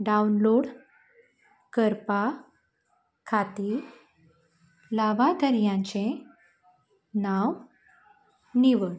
download करपा खातीर लाभादरांचे नांव निवड